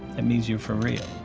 and means you're for real.